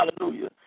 Hallelujah